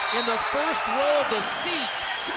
the first row of the seats,